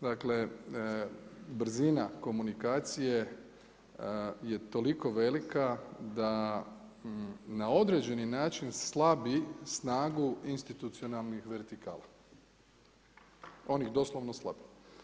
Dakle brzina komunikacije je toliko velika da na određeni način slabi snagu institucionalnih vertikala, on ih doslovno slabi.